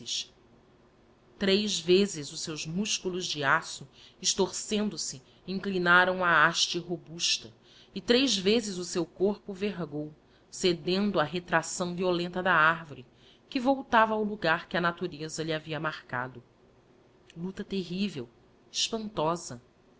três vezes os seus músculos de aço estorcendose inclinaram a haste robusta e três vezes o seu corpo vergou cedendo á retracção violenta da arvore que voltava ao logar que a natureza lhe havia marcado luta terrível espantosa